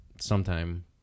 sometime